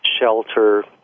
shelter